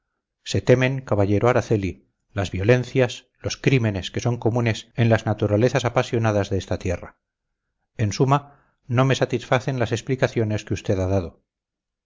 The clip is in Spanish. se temen caballero araceli las violencias los crímenes que son comunes en las naturalezas apasionadas de esta tierra en suma no me satisfacen las explicaciones que usted ha dado